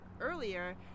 earlier